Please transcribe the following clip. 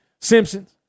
Simpsons